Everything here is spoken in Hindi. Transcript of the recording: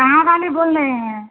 कहाँ वाली बोल रही हैं